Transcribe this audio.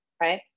right